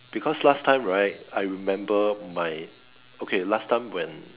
because last time right I remember my okay last time when